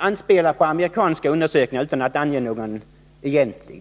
anspelar på amerikanska undersökningar utan att ange någon egentlig sådan.